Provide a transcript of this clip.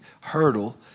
hurdle